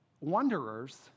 wanderers